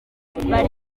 gisirikari